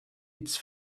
its